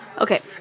Okay